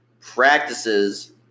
practices